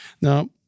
Now